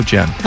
Jen